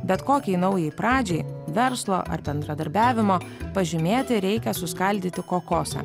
bet kokiai naujai pradžiai verslo ar bendradarbiavimo pažymėti reikia suskaldyti kokosą